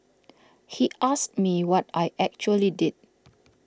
he asked me what I actually did